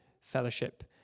fellowship